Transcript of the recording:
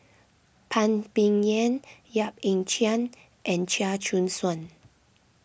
Phan Ming Yen Yap Ee Chian and Chia Choo Suan